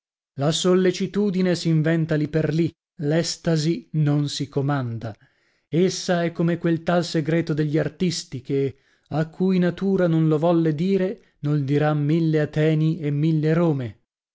la sollecitudine s'inventa lì per lì l'estasi non si comanda essa è come quel tal segreto degli artisti che a cui natura non lo volle dire nol dirian mille ateni e mille rome